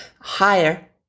higher